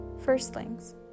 Firstlings